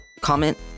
comment